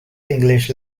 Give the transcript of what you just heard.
english